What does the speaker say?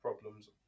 problems